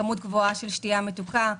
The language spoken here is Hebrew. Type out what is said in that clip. כמות גדולה של שתייה מתוקה.